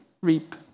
reap